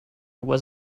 was